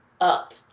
up